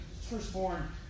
firstborn